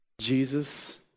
Jesus